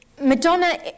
Madonna